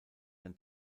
ein